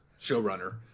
showrunner